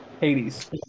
Hades